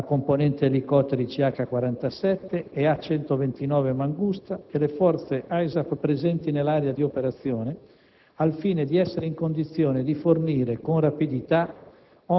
la componente elicotteri CH-47 e A-129 Mangusta e le forze ISAF presenti nell'area di operazione, al fine di essere in condizione di fornire con rapidità